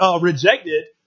rejected